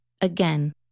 Again